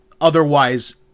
otherwise